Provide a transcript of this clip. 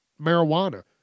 marijuana